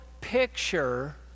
picture